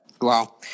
wow